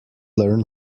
learn